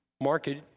market